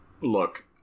Look